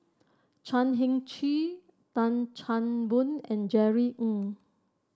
Chan Heng Chee Tan Chan Boon and Jerry Ng